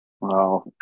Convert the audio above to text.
Wow